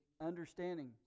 understanding